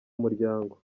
umuryango